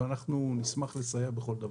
ואנחנו נשמח לסייע בכל דבר.